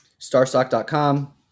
Starstock.com